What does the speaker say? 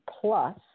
Plus